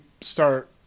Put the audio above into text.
start